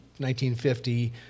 1950